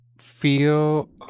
feel